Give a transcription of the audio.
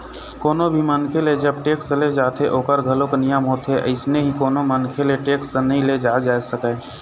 कोनो भी मनखे ले जब टेक्स ले जाथे ओखर घलोक नियम होथे अइसने ही कोनो मनखे ले टेक्स नइ ले जाय जा सकय